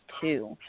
two